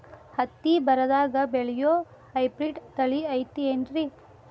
ಹತ್ತಿ ಬರದಾಗ ಬೆಳೆಯೋ ಹೈಬ್ರಿಡ್ ತಳಿ ಐತಿ ಏನ್ರಿ?